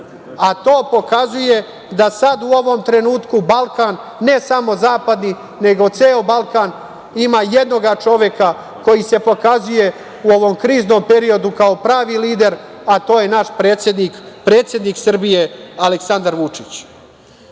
To pokazuje da sad u ovom trenutku Balkan, ne samo zapadni, nego ceo Balkan, ima jednoga čoveka koji se pokazuje u ovom kriznom periodu kao pravi lider, a to je naš predsednik, predsednik Srbije Aleksandar Vučić.U